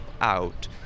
out